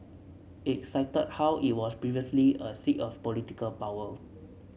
it cited how it was previously a seat of political power